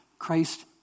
Christ